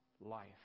life